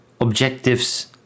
objectives